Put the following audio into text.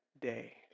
day